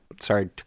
Sorry